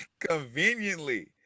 conveniently